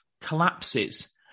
collapses